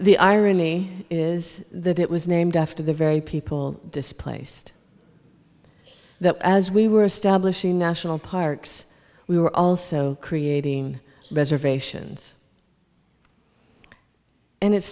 the irony is that it was named after the very people displaced that as we were establishing national parks we were also creating reservations and it's